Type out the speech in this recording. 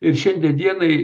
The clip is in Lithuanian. ir šiandien dienai